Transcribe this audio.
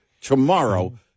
tomorrow